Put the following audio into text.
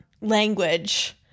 language